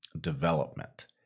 development